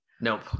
Nope